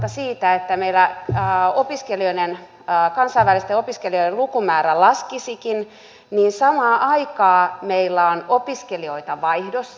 huolimatta siitä että meillä kansainvälisten opiskelijoiden lukumäärä laskisikin samaan aikaan meillä on opiskelijoita vaihdossa